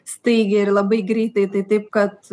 staigiai ir labai greitai tai taip kad